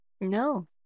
No